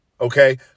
Okay